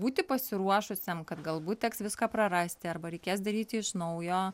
būti pasiruošusiam kad galbūt teks viską prarasti arba reikės daryti iš naujo